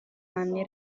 anni